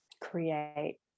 create